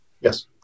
Yes